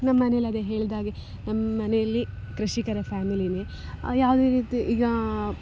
ನಮ್ಮ ಮನೆಲ್ ಅದೆ ಹೇಳ್ದಾಗೆ ನಮ್ಮ ಮನೆಯಲ್ಲಿ ಕೃಷಿಕರ ಫ್ಯಾಮಿಲಿನೆ ಯಾವುದೇ ರೀತಿ ಈಗ